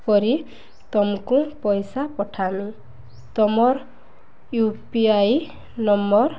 ପରି ତୁମକୁ ପଇସା ପଠାମି ତମର୍ ୟୁ ପି ଆଇ ନମ୍ବର